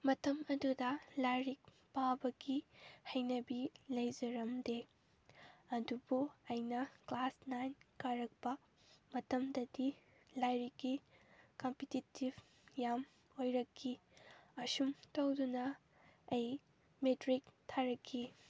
ꯃꯇꯝ ꯑꯗꯨꯗ ꯂꯥꯏꯔꯤꯛ ꯄꯥꯕꯒꯤ ꯍꯩꯅꯕꯤ ꯂꯩꯖꯔꯝꯗꯦ ꯑꯗꯨꯕꯨ ꯑꯩꯅ ꯀ꯭ꯂꯥꯁ ꯅꯥꯏꯟ ꯀꯥꯔꯛꯄ ꯃꯇꯝꯗꯗꯤ ꯂꯥꯏꯔꯤꯛꯀꯤ ꯀꯝꯄꯤꯇꯤꯇꯤꯕ ꯌꯥꯝ ꯑꯣꯏꯔꯛꯈꯤ ꯑꯁꯨꯝ ꯇꯧꯗꯨꯅ ꯑꯩ ꯃꯦꯇ꯭ꯔꯤꯛ ꯊꯥꯔꯛꯈꯤ